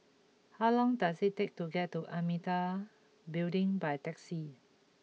how long does it take to get to Amitabha Building by taxi